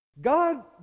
God